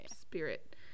spirit